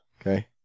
Okay